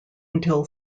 until